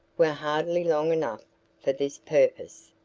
were hardly long enough for this purpose.